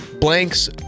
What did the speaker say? blanks